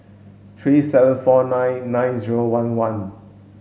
three seven four nine nine zero one one